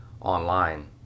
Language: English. online